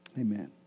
Amen